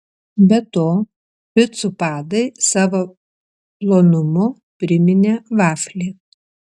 be to picų padai savo plonumu priminė vaflį